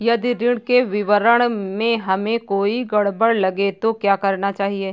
यदि ऋण के विवरण में हमें कोई गड़बड़ लगे तो क्या करना चाहिए?